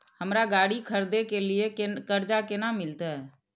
हमरा गाड़ी खरदे के लिए कर्जा केना मिलते?